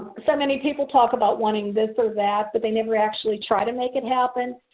so many people talk about wanting this or that but they never actually tried to make it happen.